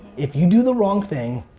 if you do the wrong thing,